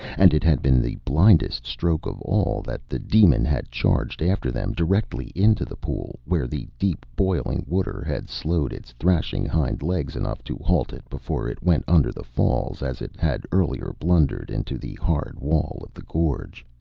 and it had been the blindest stroke of all that the demon had charged after them directly into the pool, where the deep, boiling water had slowed its thrashing hind legs enough to halt it before it went under the falls, as it had earlier blundered into the hard wall of the gorge.